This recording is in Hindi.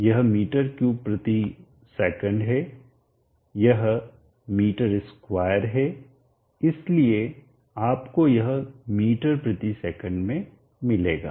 इसलिए Q डॉट बाय A यह m3s है यह m2 है इसलिए आपको यह ms में मिलेगा